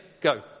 Go